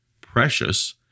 precious